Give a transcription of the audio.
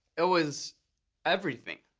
it was everything,